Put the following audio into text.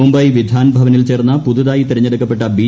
മുംബൈ വിധാൻ ഭവനിൽചേർന്ന പുതുതായി തെരഞ്ഞെടുക്കപ്പെട്ട ബി